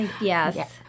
Yes